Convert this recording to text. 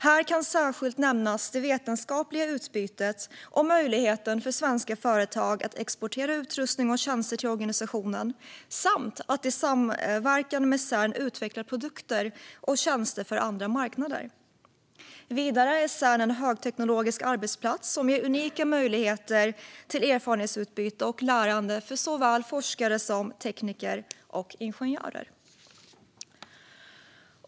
Här kan särskilt nämnas det vetenskapliga utbytet och möjligheten för svenska företag att exportera utrustning och tjänster till organisationen samt att i samverkan med Cern utveckla produkter och tjänster för andra marknader. Vidare är Cern en högteknologisk arbetsplats som ger unika möjligheter till erfarenhetsutbyte och lärande för såväl forskare som tekniker och ingenjörer.